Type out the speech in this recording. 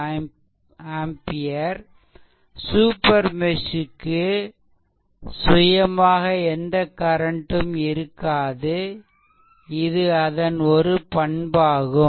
8 ampere super mesh க்கு க்கு சுயமாக எந்த கரண்ட் ம் இருக்காது இது அதன் ஒரு பண்பாகும்